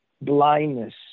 blindness